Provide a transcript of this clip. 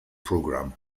program